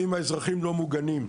ואם האזרחים לא מוגנים.